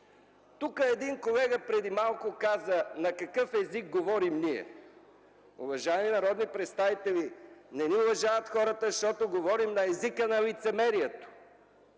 Тук един колега преди малко каза: „На какъв език говорим ние?” Уважаеми народни представители, не ни уважават хората, защото говорим на езика на лицемерието.